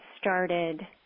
started